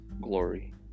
glory